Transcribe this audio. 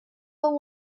but